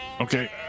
Okay